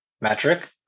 metric